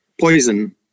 poison